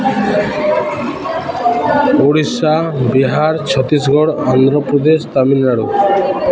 Odisha Bihar Chhattisgarh Andhra Pradesh Tamil Nadu